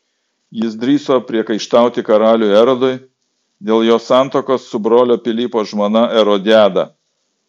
jis drįso priekaištauti karaliui erodui dėl jo santuokos su brolio pilypo žmona erodiada